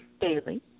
daily